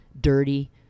dirty